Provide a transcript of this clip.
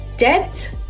Debt